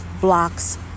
blocks